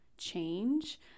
change